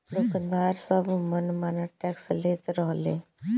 दुकानदार सब मन माना टैक्स लेत रहले